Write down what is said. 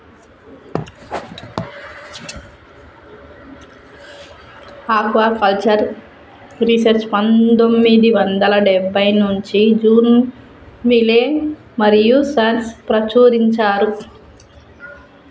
aquaculture research పందొమ్మిది వందల డెబ్బై నుంచి జాన్ విలే మరియూ సన్స్ ప్రచురించారు